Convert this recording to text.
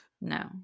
No